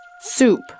soup